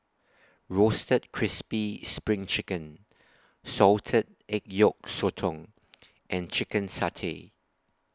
Roasted Crispy SPRING Chicken Salted Egg Yolk Sotong and Chicken Satay